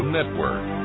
Network